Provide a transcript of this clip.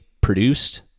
produced